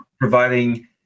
providing